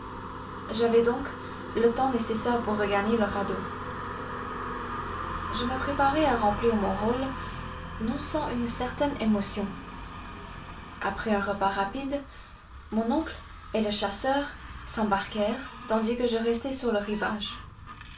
j'avais donc le temps nécessaire pour regagner le radeau je me préparai à remplir mon rôle non sans une certaine émotion après un repas rapide mon oncle et le chasseur s'embarquèrent tandis que je restais sur le rivage